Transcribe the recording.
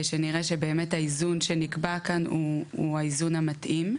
שנראה שהאיזון שנקבע כאן הוא האיזון המתאים.